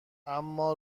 اما